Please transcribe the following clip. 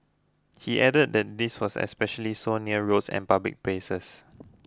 he added that this was especially so near roads and public places